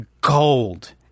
gold